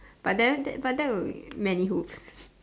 but then that but that will be many hoops